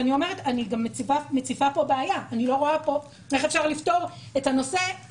אני רוצה לפרש את דבריה.